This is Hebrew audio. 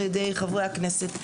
על ידי חברי הכנסת,